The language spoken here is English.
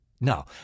No